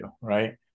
right